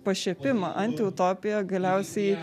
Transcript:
pašiepimą antiutopiją galiausiai